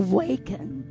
Awaken